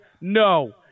No